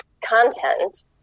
content